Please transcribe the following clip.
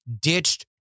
ditched